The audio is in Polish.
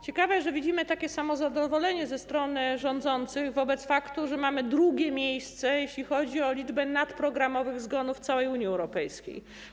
Ciekawe, że widzimy takie samo zadowolenie ze strony rządzących wobec faktu, że mamy drugie miejsce, jeśli chodzi o liczbę nadprogramowych zgonów w całej Unii Europejskiej.